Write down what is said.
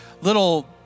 little